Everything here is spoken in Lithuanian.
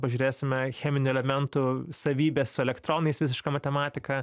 pažiūrėsime cheminių elementų savybes elektronais visiška matematika